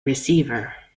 receiver